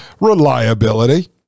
reliability